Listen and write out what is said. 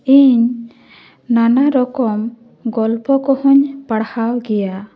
ᱤᱧ ᱱᱟᱱᱟ ᱨᱚᱠᱚᱢ ᱜᱚᱞᱯᱷᱚ ᱠᱚᱦᱚᱧ ᱯᱟᱲᱦᱟᱣ ᱜᱮᱭᱟ